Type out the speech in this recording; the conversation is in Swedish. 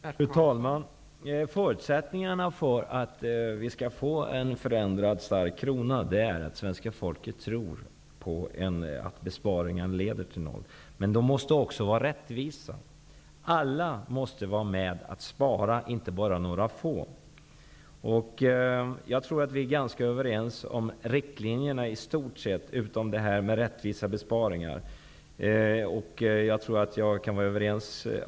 Fru talman! Förutsättningarna för att vi skall få en förändrad och stark krona är att svenska folket tror på att besparingarna leder till något. Men de måste vara rättvisa. Alla måste vara med och spara -- inte bara några få. Jag tror att vi är ganska överens om riktlinjerna i stort, utom när det gäller frågan om rättvisa besparingar.